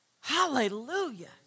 Hallelujah